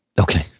Okay